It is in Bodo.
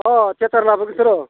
अह थियेटार लाबोग्रोथों र'